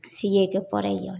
सिएके पड़ैए